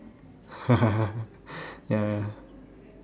yeah yeah yeah